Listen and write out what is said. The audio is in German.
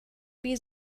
wie